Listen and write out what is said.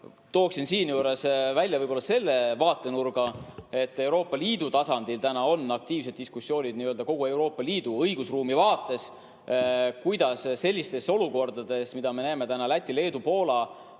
tooksin siinjuures välja selle vaatenurga, et Euroopa Liidu tasandil toimuvad aktiivsed diskussioonid kogu Euroopa Liidu õigusruumi vaates, kuidas sellistes olukordades, mida me näeme täna Läti, Leedu ja